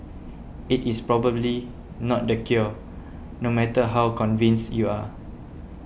it is probably not the cure no matter how convinced you are